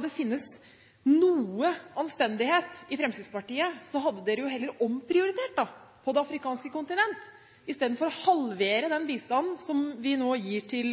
vært noe anstendighet i Fremskrittspartiet, hadde man jo heller omprioritert på det afrikanske kontinentet, i stedet for å halvere den bistanden som vi nå gir til